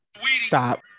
stop